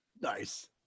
Nice